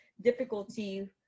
difficulty